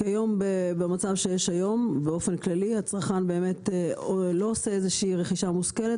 כיום, באופן כללי, הצרכן לא עושה רכישה מושכלת.